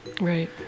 Right